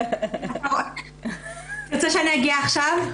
אתה רוצה שאני אגיע עכשיו?